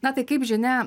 na tai kaip žinia